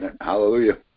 Hallelujah